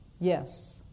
yes